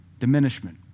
diminishment